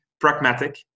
pragmatic